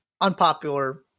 unpopular